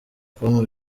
kumpa